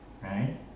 right